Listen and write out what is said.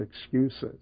excuses